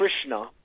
Krishna